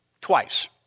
twice